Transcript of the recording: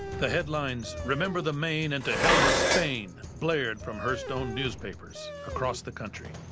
the headlines remember the maine and to hell with spain blared from hearst-owned newspapers across the country.